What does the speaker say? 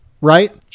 right